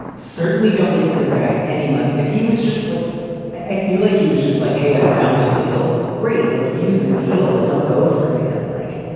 certainly don't give this guy any money. if he was just like i feel like he was just like, hey, i found a deal. great. like, use the deal, but don't go through him. like,